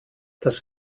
das